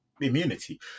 immunity